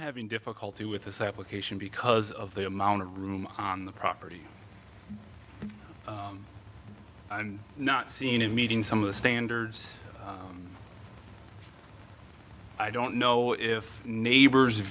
having difficulty with this application because of the amount of room on the property and not seen in meeting some of the standards i don't know if neighbors